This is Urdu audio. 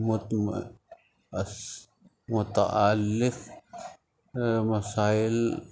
متعلق مسائل